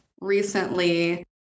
recently